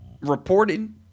reported